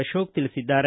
ಅಕೋಕ ತಿಳಿಸಿದ್ದಾರೆ